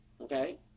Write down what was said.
Okay